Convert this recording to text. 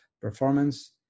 performance